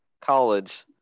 college